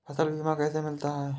फसल बीमा कैसे मिलता है?